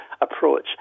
approach